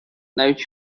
навіть